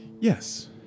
Yes